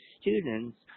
students